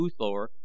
uthor